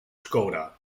skoda